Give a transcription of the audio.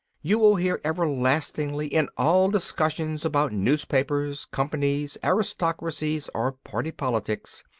you will hear everlastingly, in all discussions about newspapers, companies, aristocracies, or party politics,